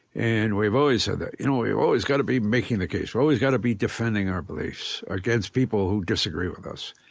and we've always had that. you know, we've always got to be making the case. we've always got to be defending our beliefs against people who disagree with us.